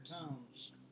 towns